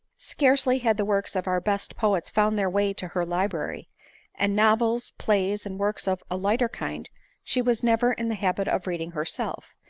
scarcely had the works of our best poets found their way to'her library and novels, plays, and works of a lighter kind she was never in the habit of reading herself,